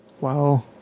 Wow